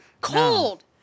Cold